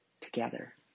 together